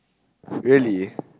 really